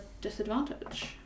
disadvantage